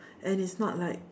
and it's not like